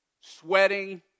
sweating